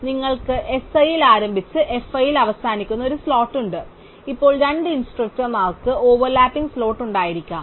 അതിനാൽ നിങ്ങൾക്ക് s i ൽ ആരംഭിച്ച് f i ൽ അവസാനിക്കുന്ന ഒരു സ്ലോട്ട് ഉണ്ട് ഇപ്പോൾ രണ്ട് ഇൻസ്ട്രക്ടർമാർക്ക് ഓവർ ലാപ്പിംഗ് സ്ലോട്ട് ഉണ്ടായിരിക്കാം